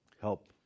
help